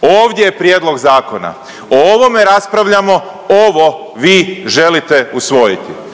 ovdje je prijedlog zakona, o ovome raspravljamo, ovo vi želite usvojiti.